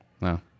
no